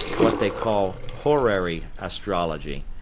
what they call horary astrology,